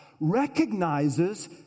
recognizes